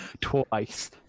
twice